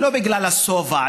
לא בגלל השובע,